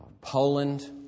Poland